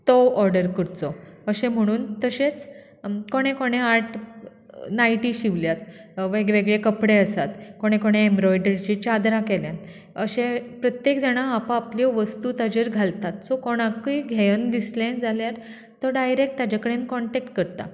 तो ऑर्डर करचो अशें म्हणून तशेंच कोणें कोणें आठ नायटी शिंवल्यात वेग वेगळे कपडे आसात कोणें कोणें एम्ब्रॉयड्ररिची चादरां केल्यात अशें प्रत्येक जाणां आप आपल्यो वस्तू ताचेर घालतात कोणाकूय घेयन दिसलें जाल्यार तो डायरेक्ट ताचे कडेन कॉन्टेक्ट करता